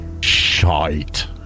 shite